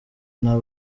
nta